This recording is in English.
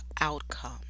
outcome